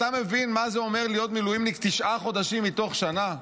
אתה מבין מה זה אומר להיות מילואימניק תשעה חודשים מתוך שנה?